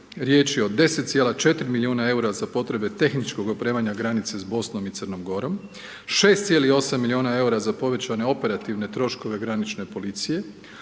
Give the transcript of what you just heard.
Riječ je o 10,4 milijuna EUR-a za potrebe tehničkog opremanja granice s Bosnom i Crnom Gorom, 6,8 milijuna EUR-a za povećane operativne troškove granične policije,